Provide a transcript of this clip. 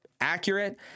accurate